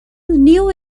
new